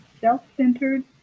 self-centered